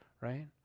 right